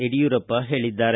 ಯಡಿಯೂರಪ್ಪ ಹೇಳಿದ್ದಾರೆ